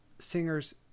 singers